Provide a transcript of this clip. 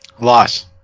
Loss